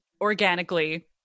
organically